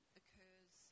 occurs